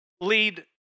lead